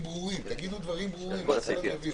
תנו לי את הזהות, לא הפרסונלית, תפקיד.